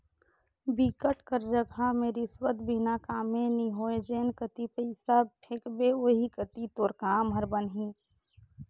बिकट कर जघा में रिस्वत बिना कामे नी होय जेन कती पइसा फेंकबे ओही कती तोर काम हर बनही